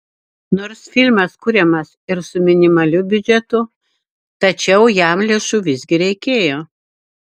nors filmas kuriamas ir su minimaliu biudžetu tačiau jam lėšų visgi reikėjo